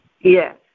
Yes